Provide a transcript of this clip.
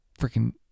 freaking